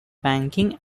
banking